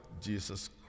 Jesus